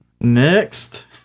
Next